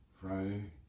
Friday